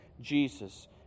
Jesus